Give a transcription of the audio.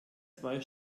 zwei